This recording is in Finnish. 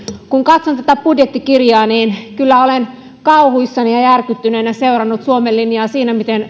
kun katson tätä budjettikirjaa niin kyllä olen kauhuissani ja ja järkyttyneenä seurannut suomen linjaa siinä miten